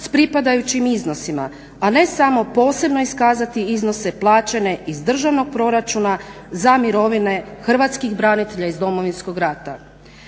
s pripadajući iznosima, a ne samo posebno iskazati iznose plaćene iz državnog proračuna za mirovine hrvatskih branitelja iz Domovinskog rata.